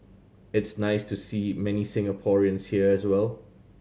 it's nice to see many Singaporeans here as well